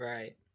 Right